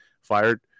fired